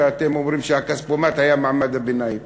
שאתם אומרים שהכספומט היה מעמד הביניים